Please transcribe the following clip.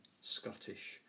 Scottish